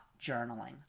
journaling